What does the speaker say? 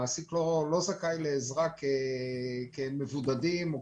המעסיק לא זכאי לעזרה כמבודד או כחולה.